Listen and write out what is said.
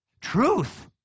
truth